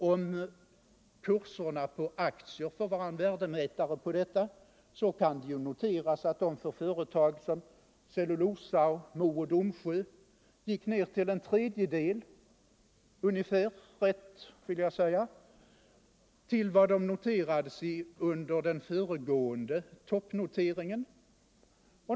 Om kurserna på aktier får vara en värdemätare på detta, kan det noteras att de för sådana företag som Cellulosa eller Mo och Domsjö sjönk till ungefär en tredjedel av vad de noterades för under den föregående toppnoteringen.